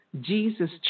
Jesus